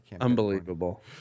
Unbelievable